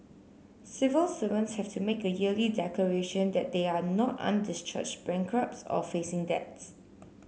civil servants have to make a yearly declaration that they are not undischarged bankrupts or facing debts